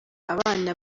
abana